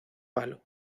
palo